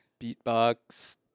Beatbox